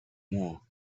war